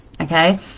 okay